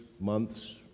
months